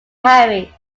harry